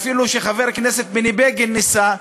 אפילו כשחבר הכנסת בני בגין ניסה,